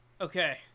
Okay